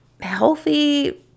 healthy